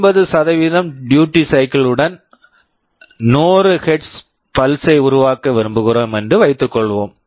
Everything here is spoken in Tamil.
50 டியூட்டி சைக்கிள் duty cycle உடன் 100 ஹெர்ட்ஸ் பல்ஸ் Hz pulse ஐ உருவாக்க விரும்புகிறோம் என்று வைத்துக்கொள்வோம்